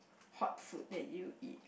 hot food that you eat